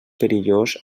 perillós